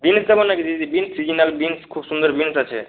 beans দেবো না কি দিদি বিনস সিজনাল বিনস খুব সুন্দর বিনস আছে